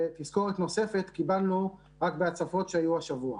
ותזכורת נוספת קיבלנו רק בהצפות שהיו השבוע.